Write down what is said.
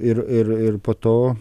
ir ir ir po to